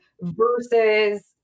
versus